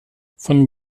von